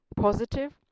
positive